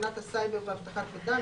הגנת הסייבר ואבטחת מידע,